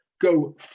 go